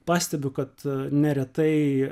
pastebiu kad neretai